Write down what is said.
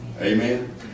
amen